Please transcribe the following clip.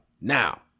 Now